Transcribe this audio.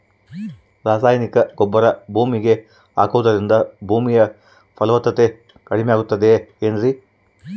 ರಾಸಾಯನಿಕ ಗೊಬ್ಬರ ಭೂಮಿಗೆ ಹಾಕುವುದರಿಂದ ಭೂಮಿಯ ಫಲವತ್ತತೆ ಕಡಿಮೆಯಾಗುತ್ತದೆ ಏನ್ರಿ?